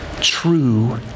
true